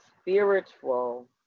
spiritual